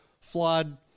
flawed